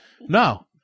No